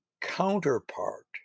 counterpart